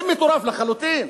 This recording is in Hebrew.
זה מטורף לחלוטין,